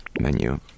Menu